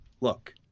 look